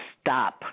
stop